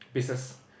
business